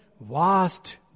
vast